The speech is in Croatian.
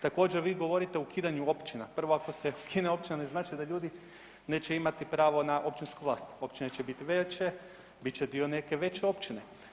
Također vi govorite o ukidanju općina, prvo ako se ukine općina ne znači da ljudi neće imati pravo na općinsku vlast, uopće neće biti … bit će dio neke veće općine.